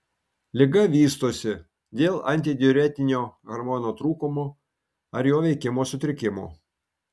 liga vystosi dėl antidiuretinio hormono trūkumo ar jo veikimo sutrikimo